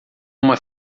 uma